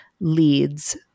leads